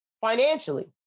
financially